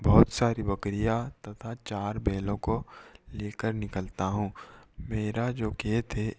बहुत सारी बकरियाँ तथा चार बैलों को लेकर निकलता हूँ मेरा जो खेत है